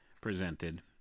presented